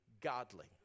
godly